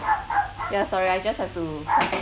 yeah sorry I just have to continue